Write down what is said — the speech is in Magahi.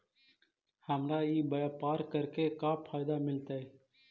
हमरा ई व्यापार करके का फायदा मिलतइ?